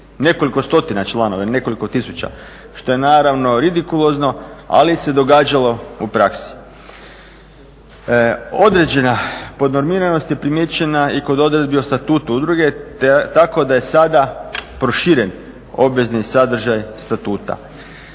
nekoliko stotina članova ili nekolik tisuća što je naravno ridikulozno, ali se događalo u praksi. Određena podnormiranost je primijećena i kod odredbi o statutu udruge tako da je sada proširen obvezni sadržaj statuta.